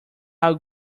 how